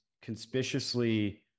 conspicuously